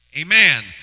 Amen